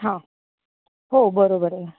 हां हो बरोबर आहे